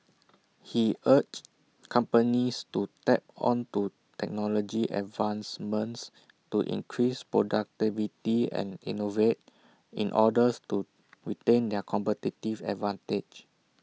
he urged companies to tap onto technology advancements to increase productivity and innovate in orders to retain their competitive advantage